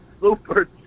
super